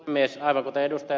aivan kuten ed